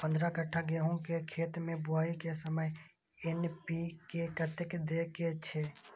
पंद्रह कट्ठा गेहूं के खेत मे बुआई के समय एन.पी.के कतेक दे के छे?